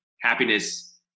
happiness